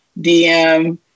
dm